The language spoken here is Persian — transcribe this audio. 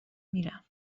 میرم